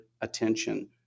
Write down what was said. attention